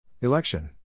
Election